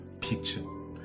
picture